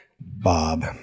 Bob